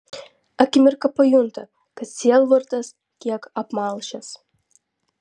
akimirką pajunta kad sielvartas kiek apmalšęs